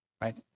Right